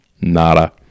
nada